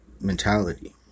mentality